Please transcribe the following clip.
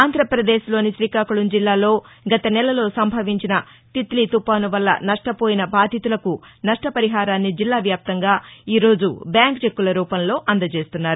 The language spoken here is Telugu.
ఆంధ్రప్రదేశ్లోని శ్రీకాకుళం జిల్లాలో గత నెలలో సంభవించిన తిత్లీతుఫాను వల్ల నష్టపోయిన బాధితులకు నష్టపరిహారాన్ని జిల్లా వ్యాప్తంగా ఈరోజు బ్యాంక్ చెక్కుల రూపంలో అందచేస్తున్నారు